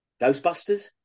Ghostbusters